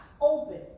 open